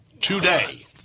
today